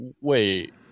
wait